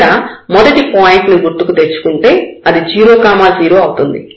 ఇక్కడ మొదటి పాయింట్ ను గుర్తుకు తెచ్చుకుంటే అది 0 0 అవుతుంది